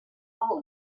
all